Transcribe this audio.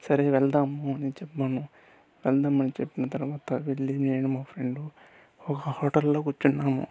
సరే వెళ్దాము అని చెప్పాను వెళ్దాము అని చెప్పిన తర్వాత వెళ్లి నేను మా ఫ్రెండ్ ఒక హోటల్లో కూర్చున్నాము